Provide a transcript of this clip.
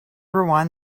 rewind